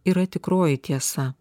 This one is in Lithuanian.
yra tikroji tiesa